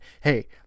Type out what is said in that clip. hey